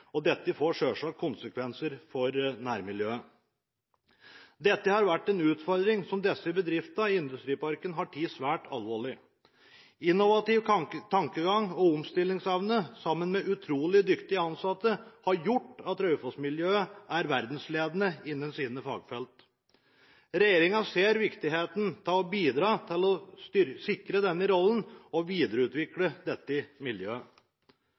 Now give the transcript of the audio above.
Dette får selvsagt konsekvenser for nærmiljøet. Dette har vært en utfordring som disse bedriftene i industriparken, har tatt svært alvorlig. Innovativ tankegang og omstillingsevne, sammen med utrolig dyktige ansatte, har gjort at Raufoss-miljøet er verdensledende innen sine fagfelt. Regjeringen ser viktigheten av å bidra til å sikre denne rollen og videreutvikle dette miljøet.